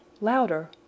louder